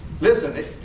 Listen